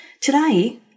Today